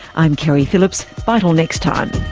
i'm keri phillips. bye til next time